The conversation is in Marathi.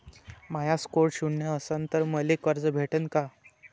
माया स्कोर शून्य असन तर मले कर्ज भेटन का?